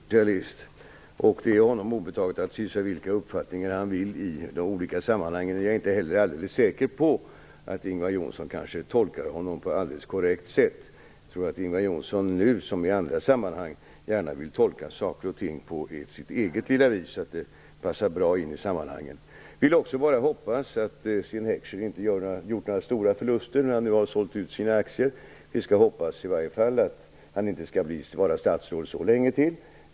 Fru talman! Jag tror inte han är vare sig grön eller röd socialist. Det är honom obetaget att hysa vilka uppfattningar han vill i olika sammanhang. Men jag är inte heller alldeles säker på att Ingvar Johnsson tolkar honom på helt rätt sätt. Jag tror att Ingvar Johnsson nu som i andra sammanhang gärna vill tolka saker och ting på sitt eget lilla vis när det passar bra in i sammanhangen. Jag hoppas också att Sten Heckscher inte gjort några stora förluster när han nu har sålt ut sina aktier. Vi skall i varje fall hoppas att han inte skall vara statsråd så länge till.